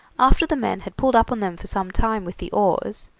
after the men had pulled up on them for some time with the oars,